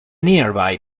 nearby